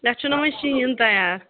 یَتھ چھُناہ وۄنۍ شیٖن تیار